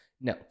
no